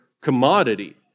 commodity